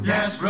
Yes